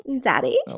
daddy